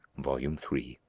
volume three